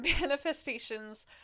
Manifestations